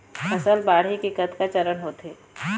फसल बाढ़े के कतका चरण होथे?